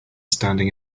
standing